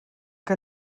que